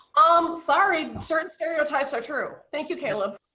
um, sorry, certain stereotypes are true. thank you, caleb.